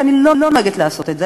ואני לא נוהגת לעשות את זה,